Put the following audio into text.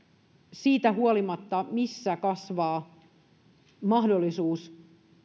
siitä huolimatta missä he kasvavat mahdollisuus